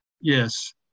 Yes